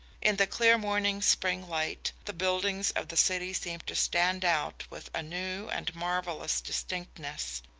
in the clear morning spring light, the buildings of the city seemed to stand out with a new and marvellous distinctness.